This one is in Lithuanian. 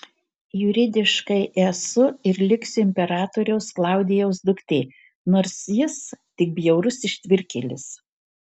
juridiškai esu ir liksiu imperatoriaus klaudijaus duktė nors jis tik bjaurus ištvirkėlis